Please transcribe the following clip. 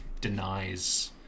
denies